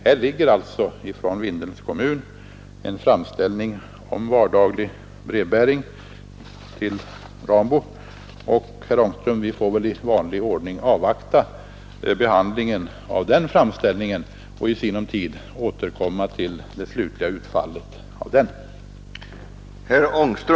Här ligger från Vindelns kommun en framställning om vardaglig brevbäring till Rambo, och vi får väl, herr Ångström, i vanlig ordning avvakta behandlingen av den framställningen och i sinom tid återkomma till det slutliga utfallet av denna.